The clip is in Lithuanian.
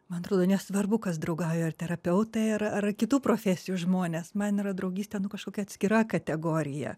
man atrodo nesvarbu kas draugauja ar terapeutai ar ar kitų profesijų žmonės man yra draugystė nu kažkokia atskira kategorija